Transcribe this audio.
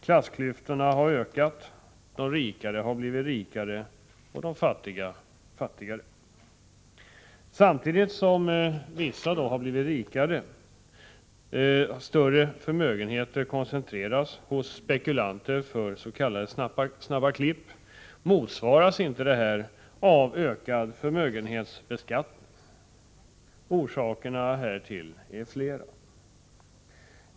Klassklyftorna har ökat, de rikare har blivit rikare och de fattiga fattigare. Samtidigt som vissa har blivit rikare, större förmögenheter har koncentrerats hos spekulanter för s.k. snabba klipp, motsvaras inte detta av ökad förmögenhetsbeskattning. Orsakerna härtill är flera.